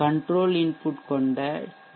control input கொண்ட D